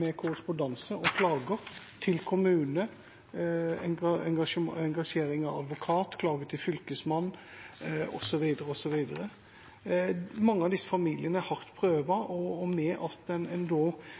med korrespondanse – klager til kommune, engasjering av advokat, klage til fylkesmannen osv. Mange av disse familiene er hardt prøvet, og det at en må sette i gang slike prosesser, er en